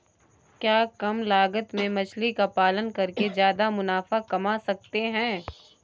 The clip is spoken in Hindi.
क्या कम लागत में मछली का पालन करके ज्यादा मुनाफा कमा सकते हैं?